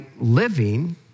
living